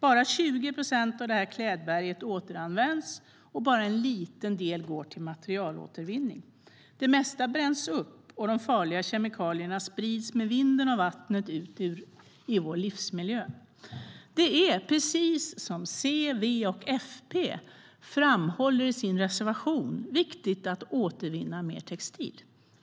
Bara 20 procent av klädberget återanvänds, och endast en liten del går till materialåtervinning. Det mesta bränns upp, och de farliga kemikalierna sprids med vinden och vattnet ut i vår livsmiljö. Det är, precis som C, V och FP framhåller i sin reservation, viktigt att återvinna mer textil.